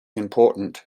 important